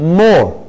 more